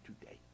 today